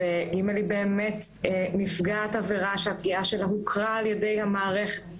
ו-ג' היא באמת נפגעת עבירה שהפגיעה שלה הוכרה על ידי המערכת,